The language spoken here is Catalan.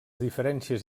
diferències